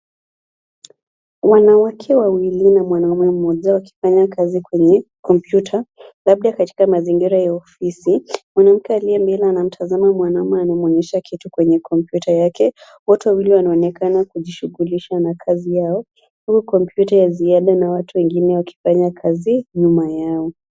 Wanawake wawili na mwanaume mmoja wakifanya kazi kwenye kompyuta, labda katika mazingira ya ofisi. Mwanamke aliye mbele anamtazama mwanaume anayemwonyesha kitu kwenye kompyuta yake. Wote wawili wanaonekana kujishughulisha na kazi yao, huku kompyuta ya ziada na watu wengine wakifanya kazi nyuma yao.